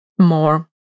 more